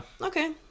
Okay